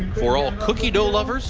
for all cookie dough loves,